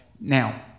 Now